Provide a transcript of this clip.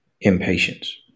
impatience